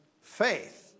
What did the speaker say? faith